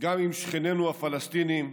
גם עם שכנינו הפלסטינים,